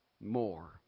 more